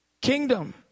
Kingdom